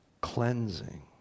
cleansing